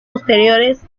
posteriores